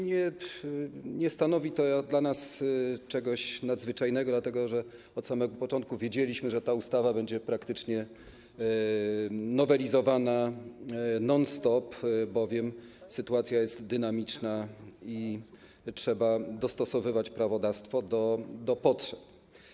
Nie stanowi to dla nas czegoś nadzwyczajnego dlatego, że od samego początku wiedzieliśmy, że ta ustawa będzie praktycznie nowelizowana non stop, bowiem sytuacja jest dynamiczna i trzeba dostosowywać prawodawstwo do potrzeb.